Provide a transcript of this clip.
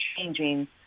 changing